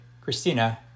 Christina